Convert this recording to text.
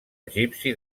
egipci